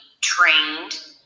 trained